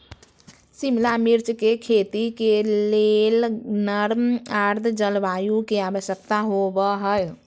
शिमला मिर्च के खेती के लेल नर्म आद्र जलवायु के आवश्यकता होव हई